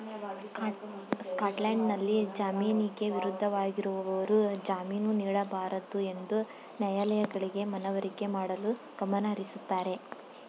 ಸ್ಕಾಟ್ಲ್ಯಾಂಡ್ನಲ್ಲಿ ಜಾಮೀನಿಗೆ ವಿರುದ್ಧವಾಗಿರುವವರು ಜಾಮೀನು ನೀಡಬಾರದುಎಂದು ನ್ಯಾಯಾಲಯಗಳಿಗೆ ಮನವರಿಕೆ ಮಾಡಲು ಗಮನಹರಿಸುತ್ತಾರೆ